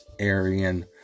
Aryan